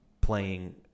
playing